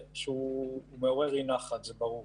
ברשותכם, שמעורר אי-נחת, זה ברור: